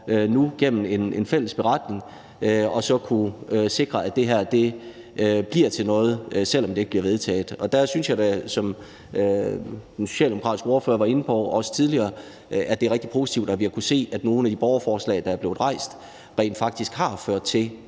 for gennem en fælles beretning at kunne sikre, at det her bliver til noget, selv om det ikke bliver vedtaget. Og jeg synes da, som den socialdemokratiske ordfører var inde på tidligere, at det er rigtig positivt, at vi har kunnet se, at nogle af de borgerforslag, der er blevet rejst, rent faktisk har ført til